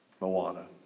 Moana